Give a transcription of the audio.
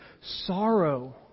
sorrow